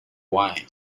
wine